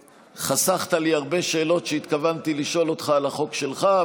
חסכת לי הרבה שאלות שהתכוונתי לשאול אותך על החוק שלך,